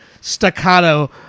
staccato